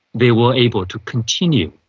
they were able to continue.